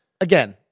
again